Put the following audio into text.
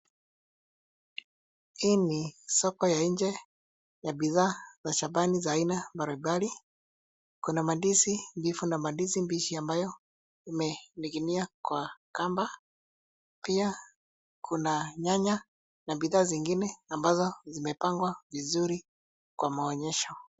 Hii ni soko ya nje ya bidhaa za shambani za aina mbalimbali. Kuna mandizi mbivu na mandizi mbichi ambayo imening'inia kwa kamba, pia kuna nyanya na bidhaa zingine ambazo zimepangwa vizuri kwa maonyesho.